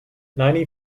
ninety